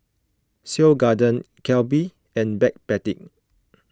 Seoul Garden Calbee and Backpedic